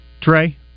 Trey